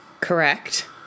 Correct